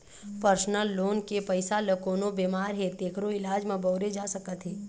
personal loan के पइसा ल कोनो बेमार हे तेखरो इलाज म बउरे जा सकत हे